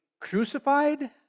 crucified